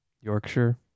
Yorkshire